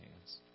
hands